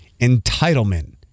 entitlement